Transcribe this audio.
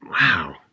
wow